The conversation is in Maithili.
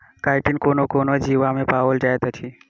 काइटिन कोनो कोनो जीवमे पाओल जाइत अछि